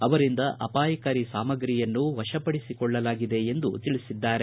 ಅವರಿಂದ ಅಪಾಯಕಾರಿ ಸಾಮಗ್ರಿಯನ್ನು ವಶಪಡಿಸಿಕೊಳ್ಳಲಾಗಿದೆ ಎಂದು ತಿಳಿಸಿದ್ದಾರೆ